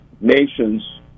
nations